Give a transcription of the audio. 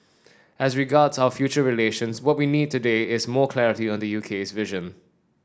as regards our future relations what we need today is more clarity on the U K's vision